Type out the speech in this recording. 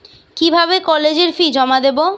কিভাবে কলেজের ফি জমা দেবো?